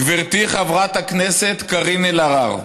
גברתי חברת הכנסת קארין אלהרר,